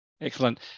excellent